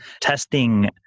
testing